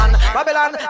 Babylon